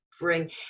bring